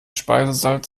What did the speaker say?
speisesalz